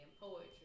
poetry